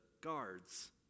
guards